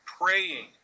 Praying